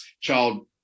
child